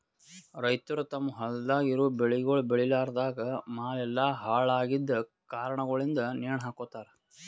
ರೈತುರ್ ತಮ್ ಹೊಲ್ದಾಗ್ ಇರವು ಬೆಳಿಗೊಳ್ ಬೇಳಿಲಾರ್ದಾಗ್ ಮಾಲ್ ಎಲ್ಲಾ ಹಾಳ ಆಗಿದ್ ಕಾರಣಗೊಳಿಂದ್ ನೇಣ ಹಕೋತಾರ್